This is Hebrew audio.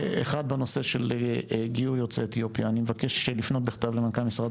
אחד בנושא של גיור יוצאי אתיופיה אני מבקש לפנות בכתב למנכ"ל משרד